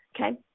okay